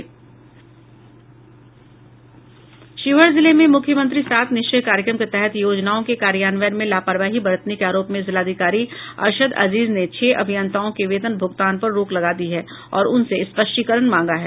शिवहर जिले में मुख्यमंत्री सात निश्चय कार्यक्रम के तहत योजनाओं के कार्यान्वयन में लापरवाही बरतने के आरोप में जिलाधिकारी अरशद अजीज ने छह अभियंताओं के वेतन भुगतान पर रोक लगा दी है और उनसे स्पष्टीकरण मांगा है